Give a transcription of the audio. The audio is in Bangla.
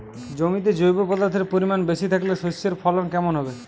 জমিতে জৈব পদার্থের পরিমাণ বেশি থাকলে শস্যর ফলন কেমন হবে?